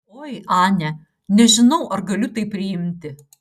oi ane nežinau ar galiu tai priimti